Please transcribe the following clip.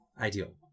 ideal